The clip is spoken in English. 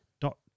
dot